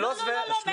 לא.